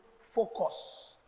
focus